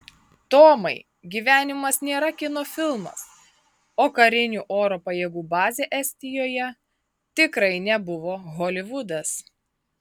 tomai gyvenimas nėra kino filmas o karinių oro pajėgų bazė estijoje tikrai nebuvo holivudas